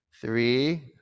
Three